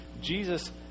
Jesus